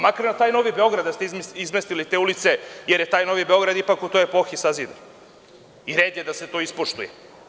Makar da ste na taj Novi Beograd izmestili te ulice, jer je taj Novi Beograd ipak u toj epohi sazidani red je da se to ispoštuje.